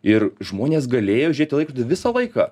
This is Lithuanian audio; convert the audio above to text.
ir žmonės galėjo žiūrėt į laikrodį visą laiką